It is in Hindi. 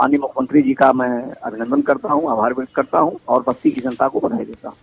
माननीय मुख्यमंत्री जी का मैं अभिनन्दन करता हूं आभार व्यक्त करता हूं और बस्ती की जनता को बधाई देता हूं